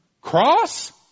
Cross